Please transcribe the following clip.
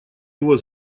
его